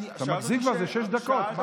אתה מגזים כבר, זה שש דקות.